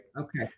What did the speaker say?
Okay